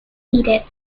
edith